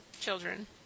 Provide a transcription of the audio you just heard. children